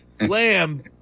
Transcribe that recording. lamb